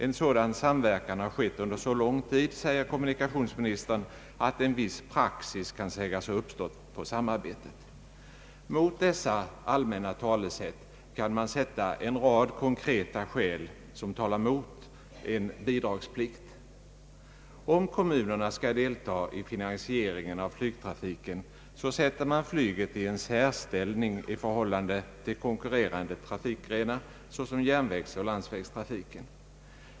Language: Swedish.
En sådan samverkan har skett under så lång tid, säger kommunikationsministern, att en viss praxis kan sägas ha uppstått i samarbetet. Mot dessa allmänna talesätt kan man sätta en rad konkreta skäl som talar emot en bidragsplikt. Om kommunerna skall delta i finansieringen av flygtrafiken, sätter man flyget i en särställ ning i förhållande till konkurrerande trafikgrenar, såsom =<järnvägsoch landsvägstrafiken.